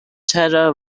terror